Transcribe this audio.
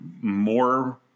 more